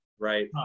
Right